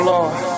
Lord